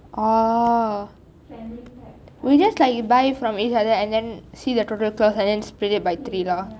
ohh we just like buy from each other and then see the total cost and then split by three lah